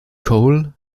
cole